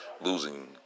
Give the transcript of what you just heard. losing